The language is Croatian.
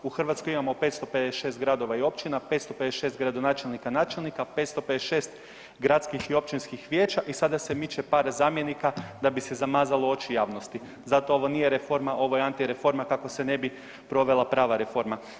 U Hrvatskoj imamo 556 gradova i općina, 556 gradonačelnika, načelnika, 556 gradskih i općinskih vijeća i sada se miče par zamjenika da bi se zamazalo oči javnosti, zato ovo nije reforma, ovo je antireforma kako se ne bi provela prava reforma.